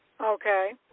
okay